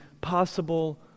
possible